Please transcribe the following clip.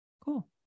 Cool